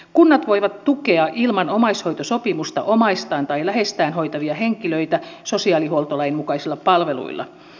kunnat voivat tukea ilman omaishoitosopimusta omaistaan tai läheistään hoitavia henkilöitä sosiaalihuoltolain mukaisilla palveluilla